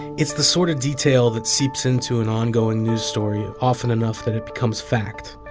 it's the sort of detail that seeps into an ongoing news story often enough that it becomes fact.